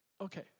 Okay